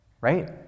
Right